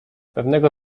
pewnego